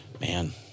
Man